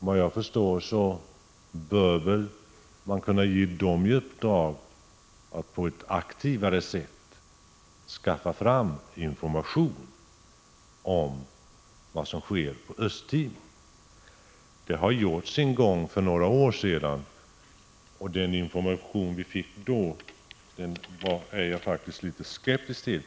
Vad jag förstår bör man väl kunna ge den i uppdrag att på ett aktivare sätt skaffa fram information om vad som sker i Östtimor. Det har gjorts en gång för några år sedan. Den information som vi då fick är jag faktiskt litet skeptisk till.